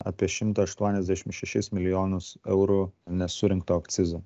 apie šimtą aštuoniasdešim šešis milijonus eurų nesurinkto akcizo